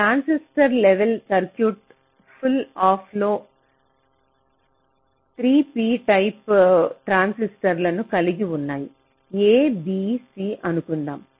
ఒక transistor level circuit pull up లో 3 P type ట్రాన్సిస్టర్లు కలిగి ఉన్నాయి A B C అనుకుందాం